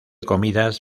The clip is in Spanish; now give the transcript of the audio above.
comidas